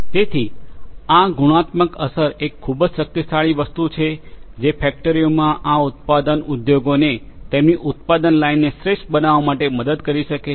તેથી આ ગુણાત્મક અસર એક ખૂબ જ શક્તિશાળી વસ્તુ છે જે ફેક્ટરીઓમાં આ ઉત્પાદન ઉદ્યોગોને તેમની ઉત્પાદન લાઇનને શ્રેષ્ઠ બનાવવા માટે મદદ કરી શકે છે